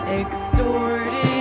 extorted